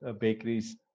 bakeries